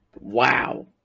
wow